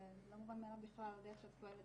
זה לא מובן מאליו בכלל, הדרך שאת פועלת,